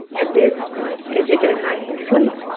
and this they take it at night and they sleep